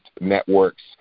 networks